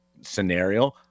scenario